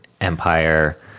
empire